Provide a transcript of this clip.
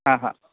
हां हां